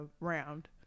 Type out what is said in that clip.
round